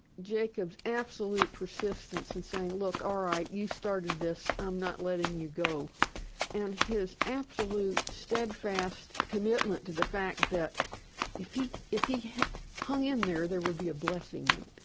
jacob's absolute persistence in saying, look, all right, you started this. i'm not letting you go and his absolute, steadfast commitment to the fact that if he if he hung in there, there would be a blessing in it,